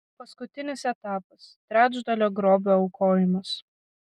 paskutinis etapas trečdalio grobio aukojimas